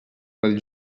pel